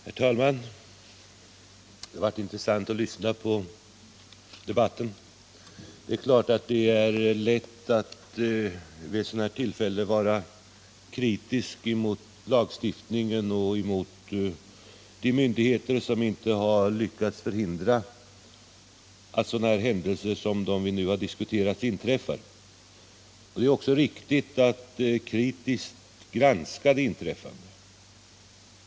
Herr talman! Det har varit intressant att lyssna på debatten. Det är klart att det är lätt att vid ett sådant här tillfälle vara kritisk mot lagstiftningen och mot de myndigheter som inte har lyckats förhindra att händelser som de vi nu diskuterar inträffat. Det är också riktigt att kritiskt granska det inträffade.